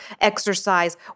exercise